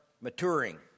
maturing